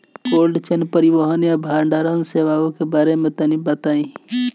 Cold chain परिवहन या भंडारण सेवाओं के बारे में तनी बताई?